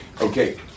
Okay